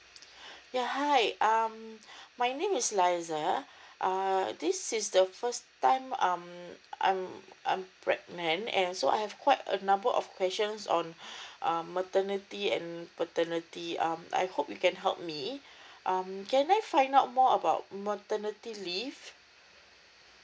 ya hi um my name is liza err this is the first time um um I'm pregnant and also I have quite a number of questions on um maternity and paternity um I hope you can help me um can I find out more about maternity leave